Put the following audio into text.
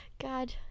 God